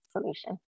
solution